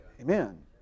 Amen